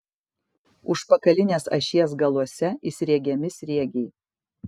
užpakalinės ašies galuose įsriegiami sriegiai